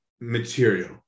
material